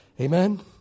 Amen